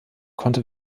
konnte